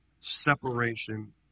separation